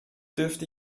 dürfte